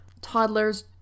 toddlers